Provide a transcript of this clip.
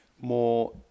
more